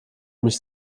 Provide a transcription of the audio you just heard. mich